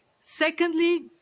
Secondly